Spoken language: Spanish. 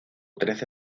trece